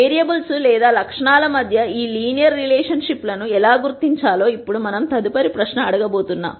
variables లేదా లక్షణాల మధ్య ఈ లీనియర్ రిలేషన్ షిప్లను ఎలా గుర్తించాలో ఇప్పుడు మనం తదుపరి ప్రశ్న అడుగు తాము